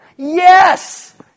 Yes